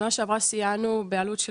בשנה שעברה סייענו בעלות של